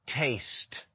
taste